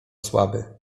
słaby